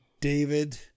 David